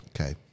Okay